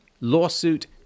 lawsuit